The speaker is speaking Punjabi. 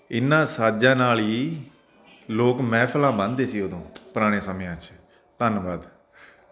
ਇਹਨਾਂ ਸਾਜ਼ਾਂ ਨਾਲ ਹੀ ਲੋਕ ਮਹਿਫਿਲਾਂ ਬੰਨ੍ਹਦੇ ਸੀ ਉਦੋਂ ਪੁਰਾਣੇ ਸਮਿਆਂ 'ਚ ਧੰਨਵਾਦ